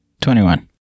21